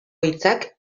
hitzak